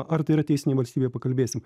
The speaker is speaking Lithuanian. ar tai yra teisinė valstybė pakalbėsim